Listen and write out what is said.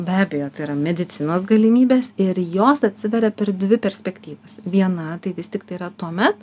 be abejo tai yra medicinos galimybęs ir jos atsiveria per dvi perspektyvas viena tai vis tiktai yra tuomet